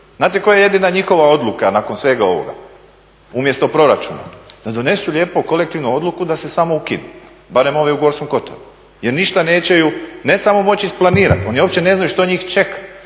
Znate koja je jedina njihova odluka nakon svega ovoga umjesto proračuna? Da donesu lijepo kolektivnu odluku da se samo ukinu, barem ovi u Gorskom kotaru jer ništa neće ne samo moći isplanirati, oni uopće ne znaju što njih čeka